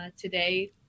today